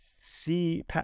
See